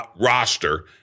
roster